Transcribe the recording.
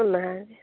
ᱚᱱᱟᱜᱮ